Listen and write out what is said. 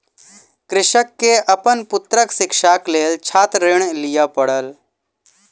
कृषक के अपन पुत्रक शिक्षाक लेल छात्र ऋण लिअ पड़ल